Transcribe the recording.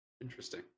Interesting